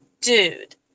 dude